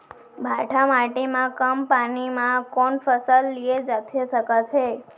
भांठा माटी मा कम पानी मा कौन फसल लिए जाथे सकत हे?